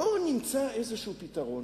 בואו נמצא איזשהו פתרון